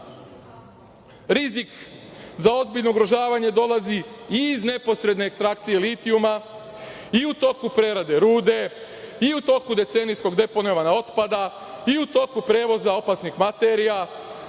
Rizik za ozbiljno ugrožavanje dolazi iz neposredne ekstrakcije litijuma i u toku prerade rude i u toku decenijskog deponovanja otpada i u toku prevoza opasnih materija,